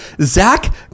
Zach